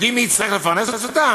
יודעים מי יצטרך לפרנס אותם?